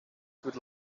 good